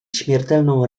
śmiertelną